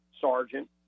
sergeant